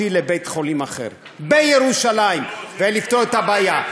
לבית-חולים אחר בירושלים ולפתור את הבעיה.